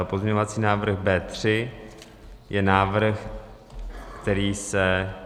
Pozměňovací návrh B3 je návrh, který se...